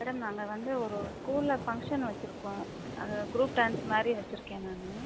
madam நாங்கள் வந்து ஒரு ஸ்கூலில் ஃபங்க்ஷன் வச்சுருக்கோம் அது குரூப் டான்ஸ் மாதிரி வச்சுருக்கேன் நான்